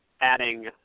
adding